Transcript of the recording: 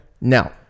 Now